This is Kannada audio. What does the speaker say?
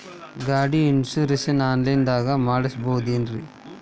ಗಾಡಿ ಇನ್ಶೂರೆನ್ಸ್ ಆನ್ಲೈನ್ ದಾಗ ಮಾಡಸ್ಬಹುದೆನ್ರಿ?